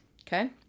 okay